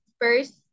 first